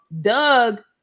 Doug